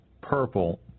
purple